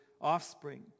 offspring